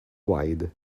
wide